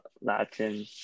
latin